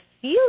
feel